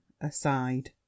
aside